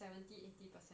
seventy eighty percent